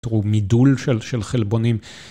תראו מידול של חלבונים.